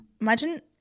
imagine